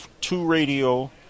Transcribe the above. two-radio